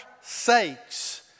sakes